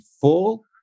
full